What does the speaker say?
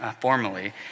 formally